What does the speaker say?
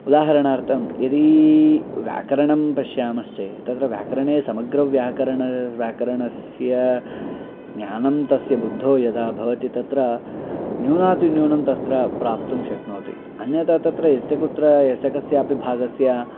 उदाहरणार्थं यदि व्याकरणं पश्यामश्चेत् तत्र व्याकरणे समग्र व्याकरणस्य व्याकरणस्य ज्ञानं तस्य बुद्धिं यदा भवति तत्र न्यूनातिन्यूनं तत्र प्राप्तुं शक्नोति अन्यथा तत्र यत्र कुत्र यस्य कस्यापि भागस्य